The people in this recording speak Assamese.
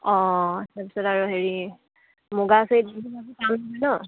অঁ তাৰ পিছত আৰু হেৰি মুগা